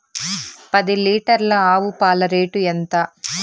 పది లీటర్ల ఆవు పాల రేటు ఎంత?